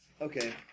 Okay